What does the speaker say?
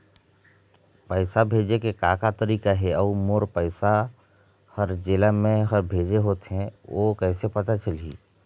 पैसा भेजे के का का तरीका हे अऊ मोर पैसा हर जेला मैं हर भेजे होथे ओ कैसे पता चलही?